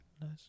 Nice